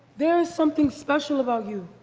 there's something special about you.